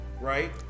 right